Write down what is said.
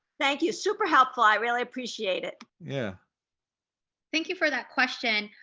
thank you, super helpful, i really appreciate it. yeah thank you for that question.